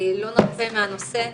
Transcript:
לא נרפה מהנושא,